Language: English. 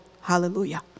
Hallelujah